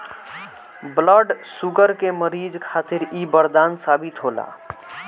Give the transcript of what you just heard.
blood sugar के मरीज खातिर इ बरदान साबित होला